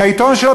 מהעיתון שלו,